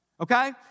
okay